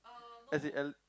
as in